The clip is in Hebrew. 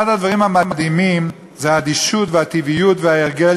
אחד הדברים המדהימים זה האדישות והטבעיות וההרגל